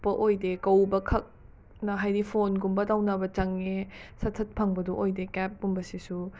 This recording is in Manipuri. ꯄ ꯑꯣꯏꯗꯦ ꯀꯧꯕꯈꯛꯅ ꯍꯥꯏꯗꯤ ꯐꯣꯟꯒꯨꯝꯕ ꯇꯧꯅꯕ ꯆꯪꯉꯦ ꯁꯠ ꯁꯠ ꯐꯪꯕꯗꯨ ꯑꯣꯏꯗꯦ ꯀꯦꯞꯀꯨꯝꯕꯁꯤꯁꯨ